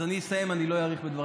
אז אני אסיים, אני לא אאריך בדבריי.